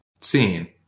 scene